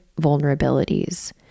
vulnerabilities